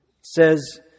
says